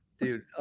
Dude